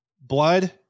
Blood